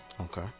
Okay